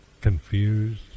confused